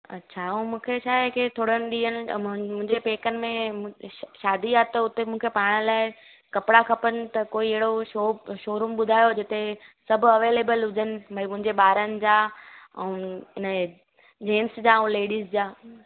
अच्छा ऐं मूंखे छा आहे की थोरनि ॾींहंनि मुंहिंजे पैकनि में शादी आहे त हुते मूंखे पाण लाइ कपिड़ा खपनि त कोई अहिड़ो शॉप शो रूम ॿुधायो जिते सभु अवेलेबल हुजनि भई मुंहिंजे ॿारनि जा ऐं हुनजे जेन्टस जा ऐं लेडिस जा